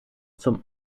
zum